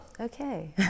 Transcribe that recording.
Okay